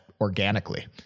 organically